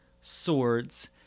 swords